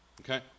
okay